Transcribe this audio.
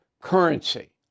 currency